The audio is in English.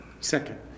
Second